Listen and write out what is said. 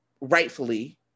rightfully